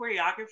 choreography